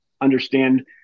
understand